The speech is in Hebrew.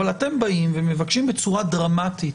אבל אתם באים ומבקשים בצורה דרמטית,